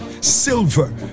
silver